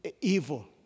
evil